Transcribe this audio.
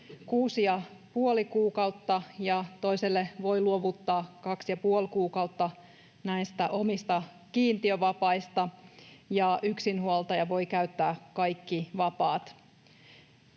käyttää 6,5 kuukautta, ja toiselle voi luovuttaa 2,5 kuukautta näistä omista kiintiövapaistaan. Yksinhuoltaja voi käyttää kaikki vapaat.